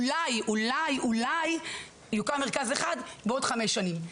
אולי יוקם מרכז אחד בעוד חמש שנים.